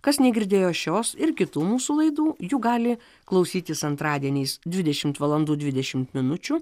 kas negirdėjo šios ir kitų mūsų laidų jų gali klausytis antradieniais dvidešimt valandų dvidešimt minučių